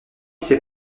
ses